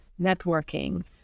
networking